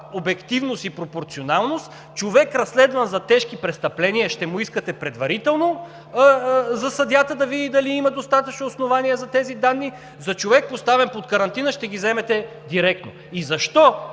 обективност и пропорционалност за човек, разследван за тежки престъпления, ще искате предварително съдията да види дали има достатъчно основание за тези данни; за човек, поставен под карантина, ще ги вземете директно?! И ето